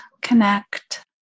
connect